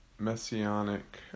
messianic